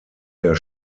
der